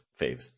faves